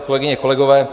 Kolegyně, kolegové.